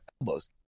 elbows